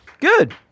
Good